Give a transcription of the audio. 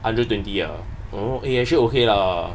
hundred twenty ah oh eh actually okay ah